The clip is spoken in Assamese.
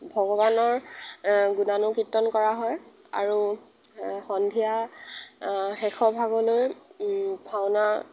ভগৱানৰ গুণানুকীৰ্তন কৰা হয় আৰু সন্ধিয়া শেষৰভাগলৈ ভাওনা